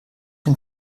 den